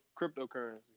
cryptocurrency